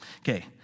Okay